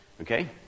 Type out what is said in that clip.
Okay